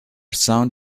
sound